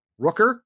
Rooker